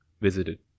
visited